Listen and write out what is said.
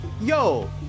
yo